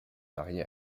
mariée